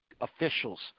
officials